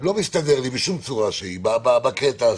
זה לא מסתדר לי בשום צורה שהיא בקטע הזה.